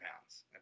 pounds